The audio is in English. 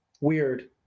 weird